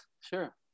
sure